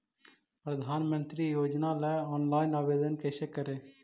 प्रधानमंत्री योजना ला ऑनलाइन आवेदन कैसे करे?